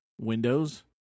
windows